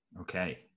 Okay